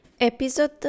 Episode